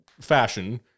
fashion